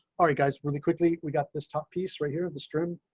alright guys, really quickly. we got this top piece right here the string.